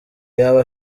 yaba